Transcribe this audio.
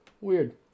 weird